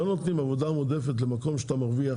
לא נותנים עבודה מועדפת למקום שאתה מרוויח